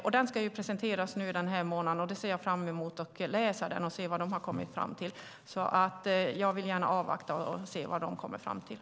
Projektet ska alltså presenteras denna månad, och jag ser fram emot att läsa det och se vad de har kommit fram till. Jag vill gärna avvakta och se vad de kommer fram till.